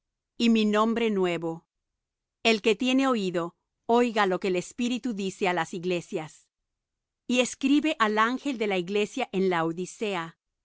y mi nombre nuevo el que tiene oído oiga lo que el espíritu dice á las iglesias y escribe al ángel de la iglesia en laodicea